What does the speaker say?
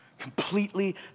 completely